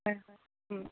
ꯍꯣꯏ ꯍꯣꯏ ꯎꯝ